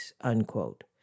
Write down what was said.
unquote